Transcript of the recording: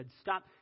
stop